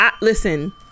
listen